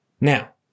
Now